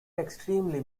extremely